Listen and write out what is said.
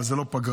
אבל זה לא פגרה.